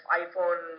iPhone